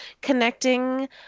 connecting